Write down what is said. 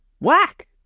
whack